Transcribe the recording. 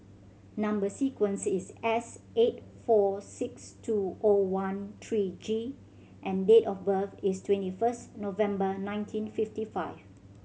number sequence is S eight four six two O one three G and date of birth is twenty first November nineteen fifty five